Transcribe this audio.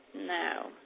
No